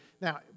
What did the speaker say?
Now